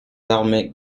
armées